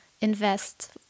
invest